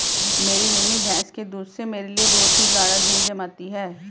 मेरी मम्मी भैंस के दूध से मेरे लिए बहुत ही गाड़ा दही जमाती है